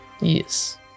Yes